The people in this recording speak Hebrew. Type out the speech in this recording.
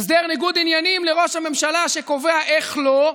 הסדר ניגוד עניינים לראש הממשלה, שקובע, איך לא,